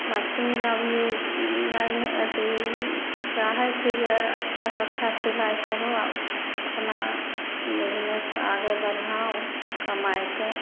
machine अभी नहि अथी चाहै छी जे अच्छा सँ अच्छा सिलाइ करू अपना बिज़नेस से आगे बढ़ाउ कमाएके